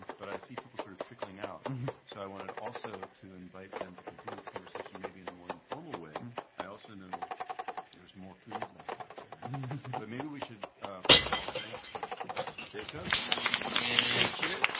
but i see people sort of trickling out so i wanted also to invite them to continue this conversation maybe in a more informal way. i also know there's more food left out there but maybe we should first of all thank jacob